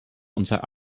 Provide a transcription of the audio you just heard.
unser